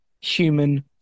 human